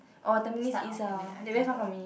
orh Tampines-East ah they very far from me